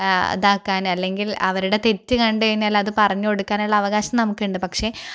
ഇതാക്കാൻ അല്ലെങ്കിൽ അവരുടെ തെറ്റ് കണ്ട് കഴിഞ്ഞാൽ അത് പറഞ്ഞു കൊടുക്കാനുള്ള അവകാശം നമുക്കുണ്ട് പക്ഷേ